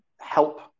help